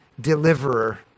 deliverer